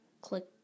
Click